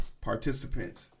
participant